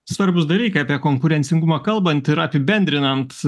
svarbūs dalykai apie konkurencingumą kalbant ir apibendrinant